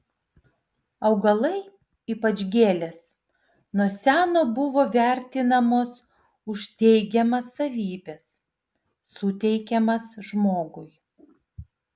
augalai ypač gėlės nuo seno buvo vertinamos už teigiamas savybes suteikiamas žmogui